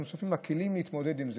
אנחנו צריכים כלים להתמודד עם זה.